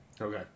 Okay